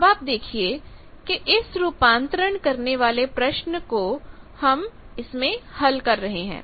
अब आप देखिए कि इस रूपांतरण करने वाले प्रश्न को हम इसमें हल कर रहे हैं